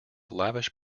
lavish